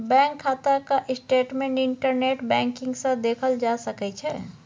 bank खाताक statement internet banking सँ देखल जा सकै छै